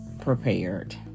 prepared